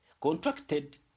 contracted